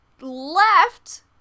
left